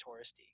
touristy